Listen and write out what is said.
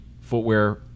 footwear